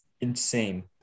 insane